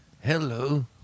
Hello